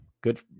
good